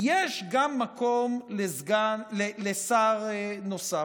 יש גם מקום לשר נוסף.